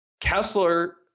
Kessler